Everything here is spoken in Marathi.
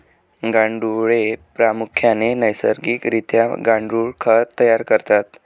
गांडुळे प्रामुख्याने नैसर्गिक रित्या गांडुळ खत तयार करतात